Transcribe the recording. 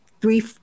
three